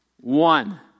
One